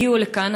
הגיעו לכאן.